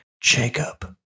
Jacob